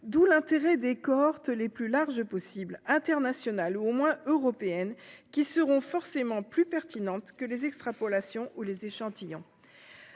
d'où l'intérêt des cohortes les plus larges possible, internationales ou au moins européennes, qui seront forcément plus pertinentes que les extrapolations ou les échantillons.